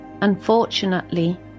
unfortunately